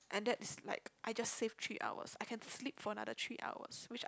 and that's like I just save three hours I can sleep for another three hours which